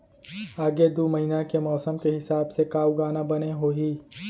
आगे दू महीना के मौसम के हिसाब से का उगाना बने होही?